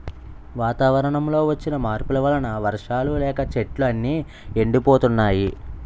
వాతావరణంలో వచ్చిన మార్పుల వలన వర్షాలు లేక చెట్లు అన్నీ ఎండిపోతున్నాయి